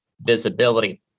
visibility